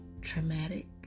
traumatic